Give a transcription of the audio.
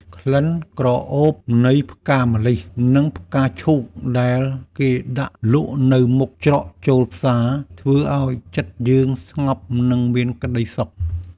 ក្លិនក្រអូបនៃផ្កាម្លិះ និងផ្កាឈូកដែលគេដាក់លក់នៅមុខច្រកចូលផ្សារធ្វើឱ្យចិត្តយើងស្ងប់និងមានក្ដីសុខ។